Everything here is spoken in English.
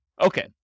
Okay